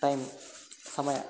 time ಸಮಯ